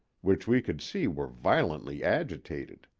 which we could see were violently agitated.